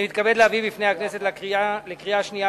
אני מתכבד להביא בפני הכנסת לקריאה השנייה